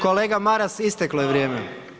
Kolega Maras isteklo je vrijeme.